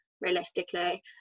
realistically